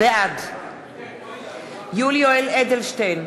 בעד יולי יואל אדלשטיין,